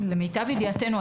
למיטב ידיעתנו,